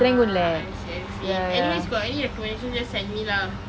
ah I see I see anyways got any recommendations just send me lah